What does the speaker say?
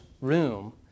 room